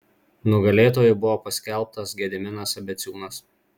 nugalėtoju buvo paskelbtas gediminas abeciūnas